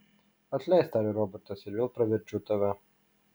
atleisk tarė robertas ir vėl pravirkdžiau tave